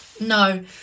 No